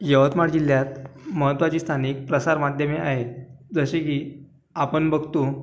यवतमाळ जिल्ह्यात महत्त्वाची स्थानिक प्रसारमाध्यमे आहेत जसे की आपण बघतो